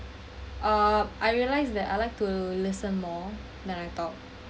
ah I realise that I like to listen more then I talk